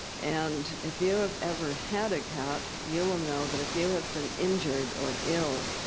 and if you have ever had a cat, you will know that if you have been injured or ill,